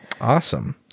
Awesome